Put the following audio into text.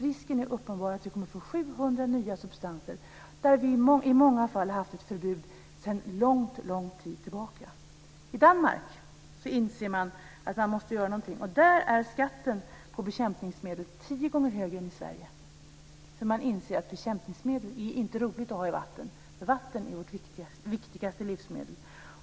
Risken är uppenbar att vi kommer att få 700 nya substanser. Många av dem har varit förbjudna här sedan lång tid tillbaka. I Danmark inser man att man måste göra någonting. Där är skatten på bekämpningsmedel tio gånger högre än i Sverige. Man inser att det inte är roligt att ha bekämpningsmedel i vatten. Vatten är vårt viktigaste livsmedel.